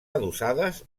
adossades